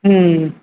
ம் ம்